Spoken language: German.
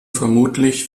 vermutlich